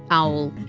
owl,